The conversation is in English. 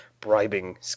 bribing